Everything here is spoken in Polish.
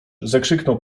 zakrzyknął